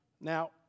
Now